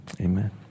amen